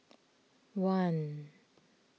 one